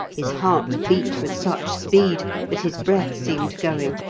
his heart beat with such speed that his breath seemed going.